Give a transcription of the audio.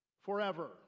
forever